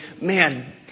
Man